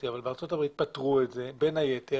אבל בארצות הברית פתרו את זה בין היתר